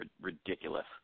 ridiculous